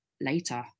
later